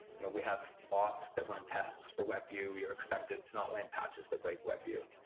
we have bots that run tests for webview. you're expected to not land patches that break webview,